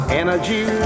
energy